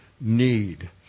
need